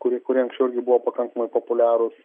kurie kurie anksčiau irgi buvo pakankamai populiarūs